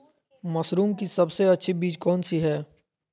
Mushroom की सबसे अच्छी बीज कौन सी है?